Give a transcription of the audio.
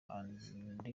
and